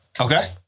Okay